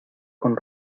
con